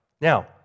Now